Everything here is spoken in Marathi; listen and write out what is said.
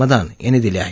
मदान यांनी दिल्या आहेत